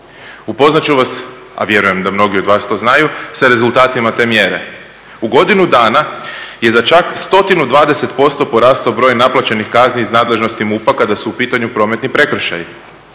Upoznat ću va, a vjerujem da mnogi od vas to znaju sa rezultatima te mjere. U godinu dana je za čak 120% porastao broj naplaćenih kazni iz nadležnosti MUP-a kada su u pitanju prometni prekršaji.